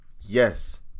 Yes